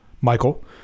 Michael